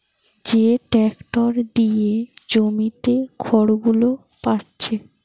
যে ট্যাক্টর দিয়ে জমিতে খড়গুলো পাচ্ছে